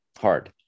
hard